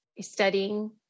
studying